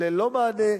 ללא מענה,